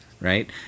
right